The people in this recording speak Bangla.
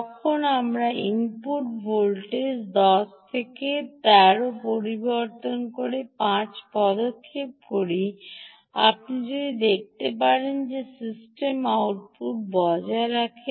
যখন আমরা ইনপুট ভোল্টেজ 10 থেকে 13 পরিবর্তন করি 5 এর পদক্ষেপ আপনি দেখতে পাবেন যে সিস্টেমটি আউটপুট বজায় রাখে